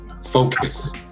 focus